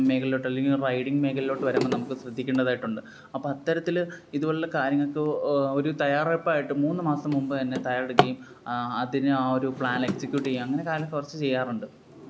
മേഖലയിലോട്ടല്ലെങ്കിൽ ഒര് റൈഡിങ് മേഘലയിലോട്ട് വരുമ്പം നമുക്ക് ശ്രദ്ധിക്കണ്ടതായിട്ടുണ്ട് അപ്പം അത്തരത്തില് ഇതുപോലുള്ള കാര്യങ്ങള്ക്ക് ഒര് തയ്യാറെടുപ്പായിട്ട് മൂന്ന് മാസം മുൻപ് തന്നെ തയ്യാറെടുക്കുകയും അതിന് ആ ഒര് പ്ലാൻ എക്സിക്യൂട്ട് ചെയ്യുകയും അങ്ങനെ കാലം കുറച്ച് ചെയ്യാറുണ്ട്